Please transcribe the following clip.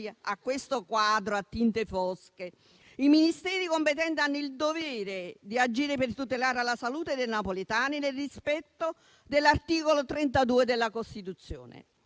a questo quadro a tinte fosche, i Ministeri competenti hanno il dovere di agire per tutelare la salute dei napoletani, nel rispetto dell'articolo 32 della Costituzione.